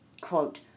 Quote